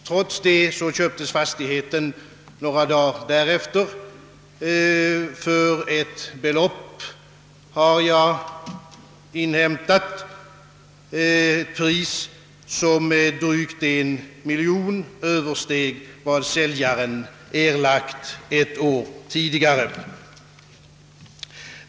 Trots detta inköptes fastigheten några dagar därefter för ett belopp som, enligt vad jag också inhämtat, med drygt 1 miljon kronor översteg vad säljaren hade erlagt ett år tidigare.